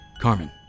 Carmen